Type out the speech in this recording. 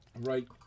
Right